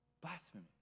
Blasphemy